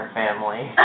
family